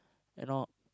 you know